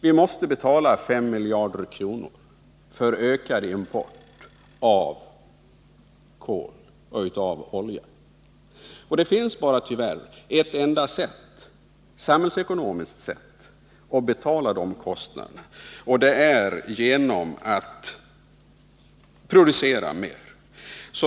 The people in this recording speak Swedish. Vi måste betala 5 miljarder kronor för ökad import av kol och olja. Tyvärr finns det samhällsekonomiskt sett bara ett sätt att betala dessa kostnader, och det är genom att producera mer.